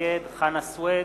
נגד חנא סוייד,